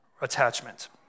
attachment